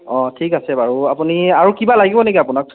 অঁ ঠিক আছে বাৰু আপুনি আৰু কিবা লাগিব নেকি আপোনাক